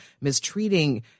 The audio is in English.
mistreating